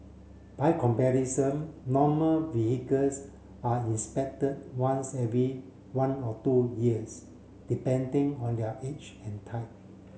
by comparison normal vehicles are inspected once every one or two years depending on their age and type